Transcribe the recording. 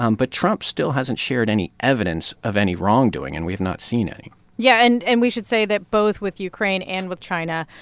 um but trump still hasn't shared any evidence of any wrongdoing, and we have not seen any yeah. and and we should say that both with ukraine and with china,